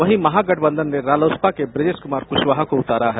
वहीं महागठबंधन ने रालोसपा के बृजेश कुमार कुशवाहा को उतारा है